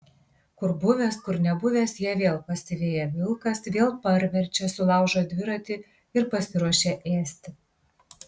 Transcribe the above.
kur buvęs kur nebuvęs ją vėl pasiveja vilkas vėl parverčia sulaužo dviratį ir pasiruošia ėsti